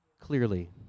clearly